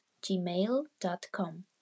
gmail.com